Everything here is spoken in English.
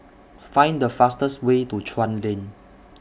Find The fastest Way to Chuan Lane